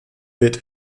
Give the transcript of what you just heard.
wird